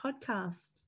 Podcast